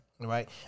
right